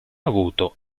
avuto